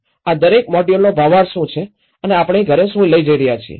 આ દરેક મોડ્યુલોનો ભાવાર્થ શું છે અને આપણે ઘરે શું લઈ જય રહ્યા છીએ